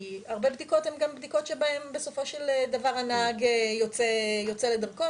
כי הרבה בדיקות הן בדיקות שבסופו של דבר הנהג יוצא לדרכו,